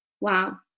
wow